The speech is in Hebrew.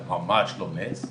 ממש לא נס.